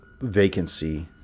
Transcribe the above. vacancy